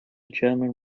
german